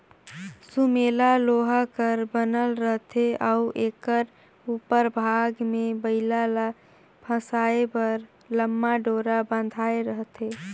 सुमेला लोहा कर बनल रहथे अउ एकर उपर भाग मे बइला ल फसाए बर लम्मा डोरा बंधाए रहथे